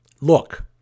Look